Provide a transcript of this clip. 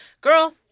girl